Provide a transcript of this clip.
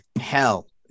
hell